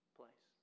place